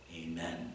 Amen